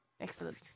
excellent